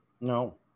No